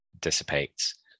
dissipates